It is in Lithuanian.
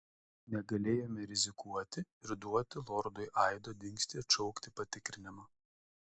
negalėjome rizikuoti ir duoti lordui aido dingstį atšaukti patikrinimą